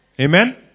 Amen